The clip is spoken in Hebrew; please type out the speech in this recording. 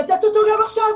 לתת אותו גם עכשיו.